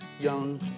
young